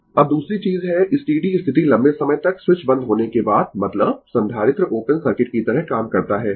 Refer Slide Time 3214 अब दूसरी चीज है स्टीडी स्थिति लंबे समय तक स्विच बंद होने के बाद मतलब संधारित्र ओपन सर्किट की तरह काम करता है